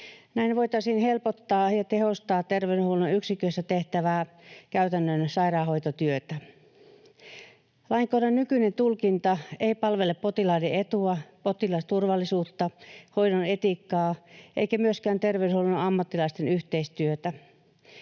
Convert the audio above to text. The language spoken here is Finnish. Näin voitaisiin helpottaa ja tehostaa terveydenhuollon yksiköissä tehtävää käytännön sairaanhoitotyötä. Lainkohdan nykyinen tulkinta ei palvele potilaiden etua, potilasturvallisuutta, hoidon etiikkaa eikä myöskään terveydenhuollon ammattilaisten yhteistyötä.